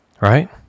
Right